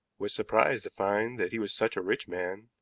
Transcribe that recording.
was surprised to find that he was such a rich man,